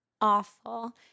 awful